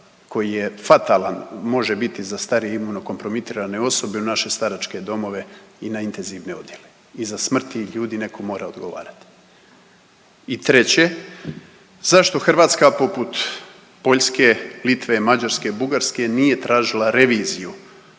koji je fatalan, može biti za starije imunokopromitirane osobe u naše staračke domove i na intenzivne odjele. I za smrt tih ljudi netko mora odgovarati. I treće, zašto Hrvatska poput Poljske, Litve, Mađarske, Bugarske nije tražila reviziju